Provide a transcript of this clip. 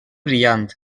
brillant